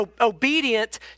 obedient